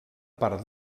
part